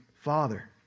Father